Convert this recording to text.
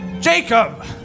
Jacob